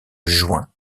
juin